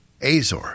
Azor